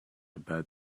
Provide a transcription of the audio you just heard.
about